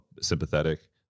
sympathetic